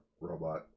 robot